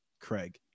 Craig